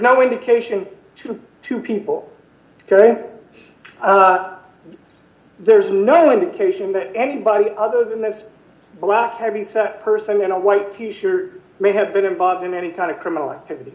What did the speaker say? no indication to the two people ok there's no indication that anybody other than this black heavyset person in a white t shirt may have been involved in any kind of criminal activity